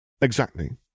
Exactly